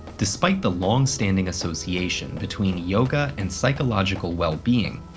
despite the longstanding association between yoga and psychological wellbeing,